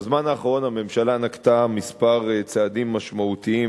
בזמן האחרון הממשלה נקטה כמה צעדים משמעותיים,